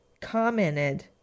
commented